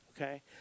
okay